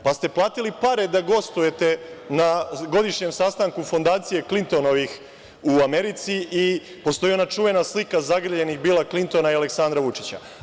Pa, ste platili pare da gostujete na godišnjem sastanku fondacije Klintonovih u Americi i postoji ona čuvena slika zagrljenih Bila Klintona i Aleksandra Vučića.